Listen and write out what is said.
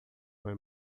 vai